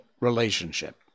relationship